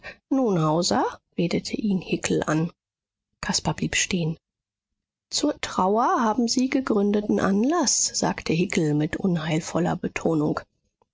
redete ihn hickel an caspar blieb stehen zur trauer haben sie gegründeten anlaß sagte hickel mit unheilvoller betonung